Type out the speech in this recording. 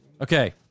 Okay